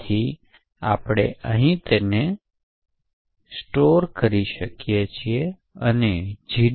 તેથી આપણે તેને અહીં જ સ્ટોર કરી શકીએ છીએ અને જી